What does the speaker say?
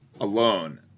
alone